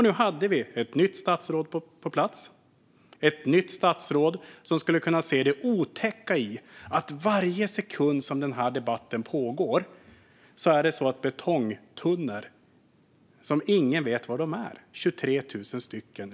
Nu har vi ett nytt statsråd på plats - ett nytt statsråd som skulle kunna se det otäcka i att varje sekund som den här debatten pågår vittrar 23 000 betongtunnor, som ingen vet var de är, sönder.